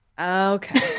Okay